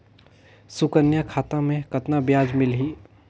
सुकन्या खाता मे कतना ब्याज मिलही?